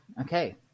okay